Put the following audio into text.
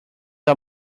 out